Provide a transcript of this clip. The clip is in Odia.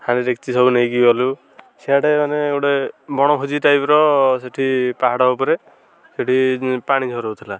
ହାଣ୍ଡି ଡେକ୍ଚି ସବୁ ନେଇକି ଗଲୁ ସିଆଡ଼େ ମାନେ ଗୋଟେ ବଣଭୋଜି ଟାଇପ୍ର ସେଠି ପାହାଡ଼ ଉପରେ ସେଠି ପାଣି ଝରୁଥିଲା